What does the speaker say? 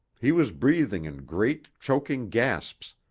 he was breathing in great, choking gasps,